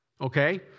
Okay